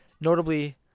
notably